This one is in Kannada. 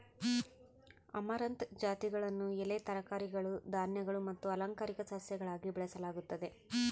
ಅಮರಂಥ್ ಜಾತಿಗಳನ್ನು ಎಲೆ ತರಕಾರಿಗಳು ಧಾನ್ಯಗಳು ಮತ್ತು ಅಲಂಕಾರಿಕ ಸಸ್ಯಗಳಾಗಿ ಬೆಳೆಸಲಾಗುತ್ತದೆ